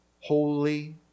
Holy